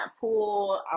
pool